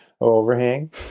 overhang